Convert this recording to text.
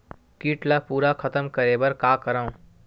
कीट ला पूरा खतम करे बर का करवं?